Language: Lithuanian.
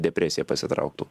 depresija pasitrauktų